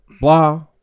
Blah